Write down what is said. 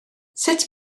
sut